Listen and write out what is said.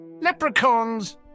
Leprechauns